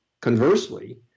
conversely